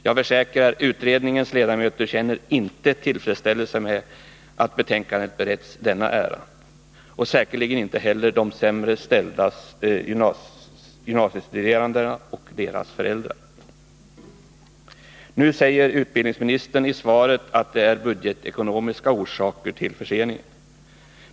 Jag försäkrar: Nr 26 Utredningens ledamöter känner inte tillfredsställelse med att betänkandet — Tisdagen den beretts denna ära, och säkerligen inte heller de sämre ställda gymnasiestu 18 november 1980 derandena och deras föräldrar. Skor Nu säger utbildningsministern i svaret att det är budgetekonomiska Om remissbehandorsaker till förseningen.